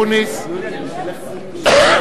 כדי שיהיה רשיון עסקים צריך רשיון בנייה.